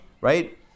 right